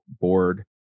board